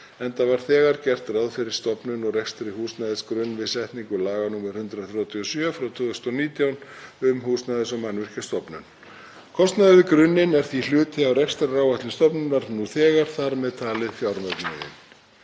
enda var þegar gert ráð fyrir stofnun og rekstri húsnæðisgrunns við setningu laga nr. 137/2019, um Húsnæðis- og mannvirkjastofnun. Kostnaður við grunninn er því hluti af rekstraráætlun stofnunarinnar nú þegar, þar með talin fjármögnun.